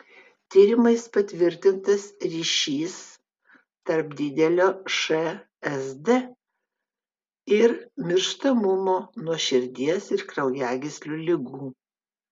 tyrimais patvirtintas ryšis tarp didelio šsd ir mirštamumo nuo širdies ir kraujagyslių ligų